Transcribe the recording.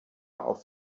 auf